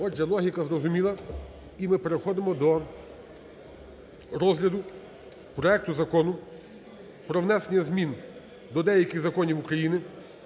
Отже, логіка зрозуміла. І ми переходимо до розгляду проекту Закону про внесення змін до деяких законів України